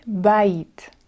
bait